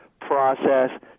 process